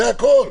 זה הכול.